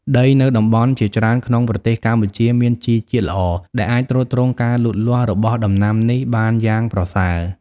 ដីនៅតំបន់ជាច្រើនក្នុងប្រទេសកម្ពុជាមានជីជាតិល្អ ដែលអាចទ្រទ្រង់ការលូតលាស់របស់ដំណាំនេះបានយ៉ាងប្រសើរ។